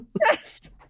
Yes